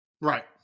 Right